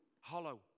hollow